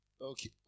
Okay